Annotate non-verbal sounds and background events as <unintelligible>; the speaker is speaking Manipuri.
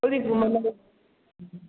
<unintelligible>